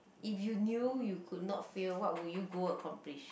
if you knew you could not fail what would you go accomplish